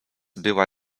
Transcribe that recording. była